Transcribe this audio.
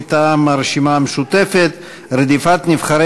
הצעת אי-אמון מטעם הרשימה המשותפת: רדיפת נבחרי